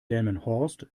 delmenhorst